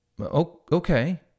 okay